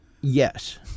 Yes